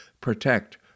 protect